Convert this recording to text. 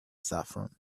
saffron